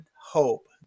hope